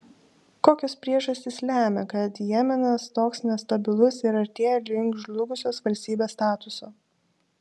kokios priežastys lemia kad jemenas toks nestabilus ir artėja link žlugusios valstybės statuso